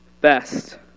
best